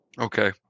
okay